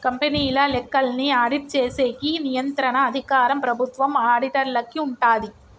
కంపెనీల లెక్కల్ని ఆడిట్ చేసేకి నియంత్రణ అధికారం ప్రభుత్వం ఆడిటర్లకి ఉంటాది